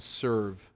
serve